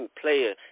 player